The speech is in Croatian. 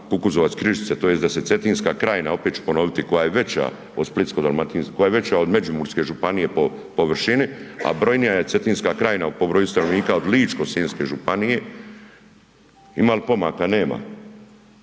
Kukuzovac – Križice tj. da se Cetinska krajina opet ću ponoviti koja je veća od Splitsko-dalmatinske, koja je veća od Međimurske županije po površini, a brojnija je Cetinska krajina po broju stanovnika od Ličko-senjske županije, ima li pomaka, nema.